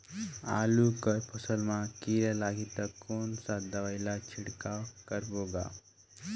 आलू कर फसल मा कीरा लगही ता कौन सा दवाई ला छिड़काव करबो गा?